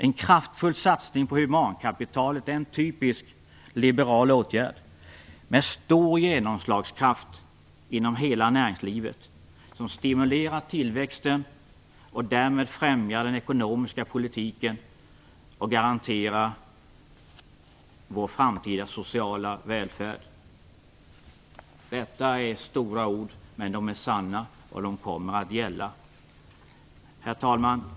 En kraftfull satsning på humankapitalet är en typiskt liberal åtgärd, med stor genomslagskraft inom hela näringslivet, som stimulerar tillväxten och därmed främjar den ekonomiska politiken och garanterar vår framtida sociala välfärd. Detta är stora ord, men de är sanna, och de kommer att gälla. Herr talman!